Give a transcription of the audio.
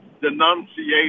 denunciation